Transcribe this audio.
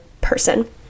person